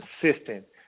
consistent